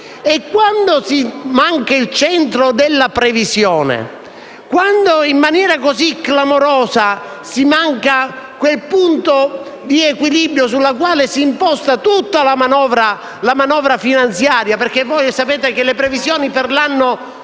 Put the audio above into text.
Quando si manca il centro della previsione, quando in maniera così clamorosa si manca il punto di equilibrio su cui si imposta tutta la manovra finanziaria - sapete che le previsioni per l'anno